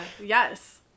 yes